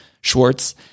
Schwartz